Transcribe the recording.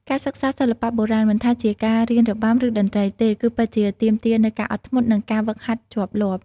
ការសិក្សាសិល្បៈបុរាណ មិនថាជាការរៀនរបាំ ឬតន្ត្រីទេ គឺពិតជាទាមទារនូវ ការអត់ធ្មត់ និងការហ្វឹកហាត់ជាប់លាប់។